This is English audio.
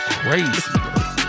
crazy